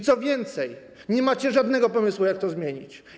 Co więcej, nie macie żadnego pomysłu, jak to zmienić.